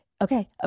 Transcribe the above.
okay